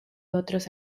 otros